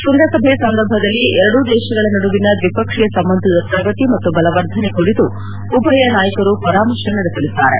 ಶೃಂಗಸಭೆಯ ಸಂದರ್ಭದಲ್ಲಿ ಎರಡೂ ದೇಶಗಳ ನಡುವಿನ ದ್ವಿಪಕ್ಷೀಯ ಸಂಬಂಧದ ಪ್ರಗತಿ ಹಾಗೂ ಬಲವರ್ಧನೆ ಕುರಿತು ಉಭಯ ನಾಯಕರು ಪರಾಮರ್ಶೆ ನಡೆಸಲಿದ್ದಾರೆ